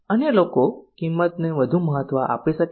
અન્ય લોકો કિંમતને વધુ મહત્વ આપી શકે છે